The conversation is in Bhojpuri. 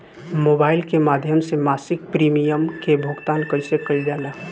मोबाइल के माध्यम से मासिक प्रीमियम के भुगतान कैसे कइल जाला?